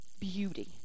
beauty